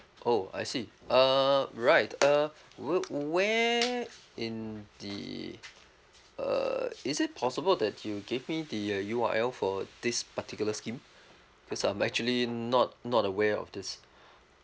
oh I see so uh right uh wh~ where in the uh is it possible that you gave me the uh U_R_L for this particular scheme cause I'm actually not not aware of this